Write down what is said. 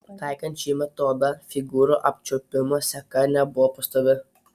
taikant šį metodą figūrų apčiuopimo seka nebuvo pastovi